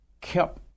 kept